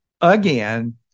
again